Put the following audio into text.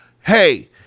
hey